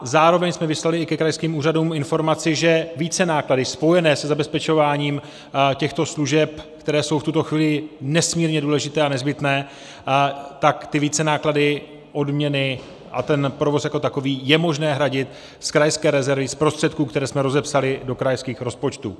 Zároveň jsme vyslali i ke krajským úřadům informaci, že vícenáklady spojené se zabezpečováním těchto služeb, které jsou v tuto chvíli nesmírně důležité a nezbytné, tak ty vícenáklady, odměny a ten provoz jako takový je možné hradit z krajské rezervy, z prostředků, které jsme rozepsali do krajských rozpočtů.